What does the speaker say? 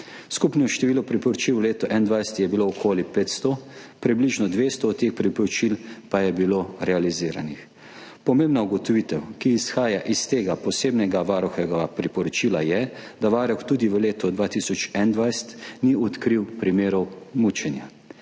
Skupno število priporočil v letu 2021 je bilo okoli 500, približno 200 od teh priporočil pa je bilo realiziranih. Pomembna ugotovitev, ki izhaja iz tega posebnega varuhovega priporočila, je, da Varuh tudi v letu 2021 ni odkril primerov mučenja.